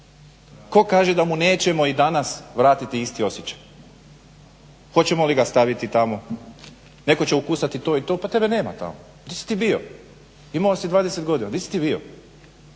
Tko kaže da mu nećemo i danas vratiti isti osjećaj? Hoćemo li ga staviti tamo? Netko će ukucati to i to, pa tebe nema tamo. Di si ti bio? Imao si 20 godina. Di si ti bio?